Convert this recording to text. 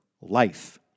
life